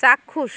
চাক্ষুষ